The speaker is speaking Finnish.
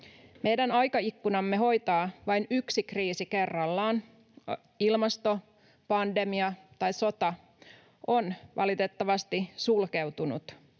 Meidän aikaikkunamme hoitaa vain yksi kriisi kerrallaan — ilmasto, pandemia tai sota — on valitettavasti sulkeutunut.